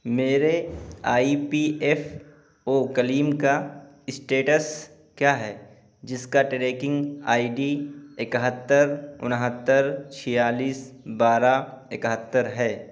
میرے I P F O claim کا status کیا ہے جس کا ٹریکنگ آئی ڈی اکہتر اونتر چھیالیس بارہ ایکہتر ہے